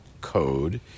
code